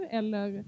eller